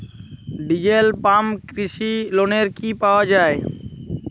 Diesel pump কৃষি লোনে কি পাওয়া য়ায়?